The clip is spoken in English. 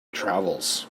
travels